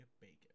bacon